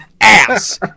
ass